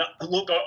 Look